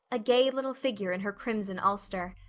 a gay little figure in her crimson ulster.